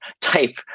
type